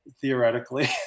Theoretically